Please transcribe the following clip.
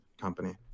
company